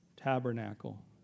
Tabernacle